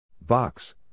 Box